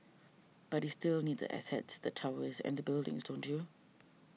but you still need the assets the towers and the buildings don't you